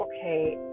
okay